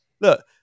look